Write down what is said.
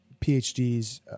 PhDs